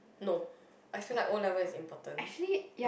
no I feel like O-level is important